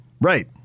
Right